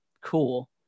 cool